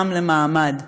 מעם למעמד.